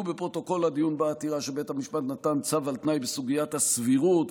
בפרוטוקול הדיון בעתירה שבית המשפט נתן צו על תנאי בסוגיית הסבירות,